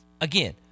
Again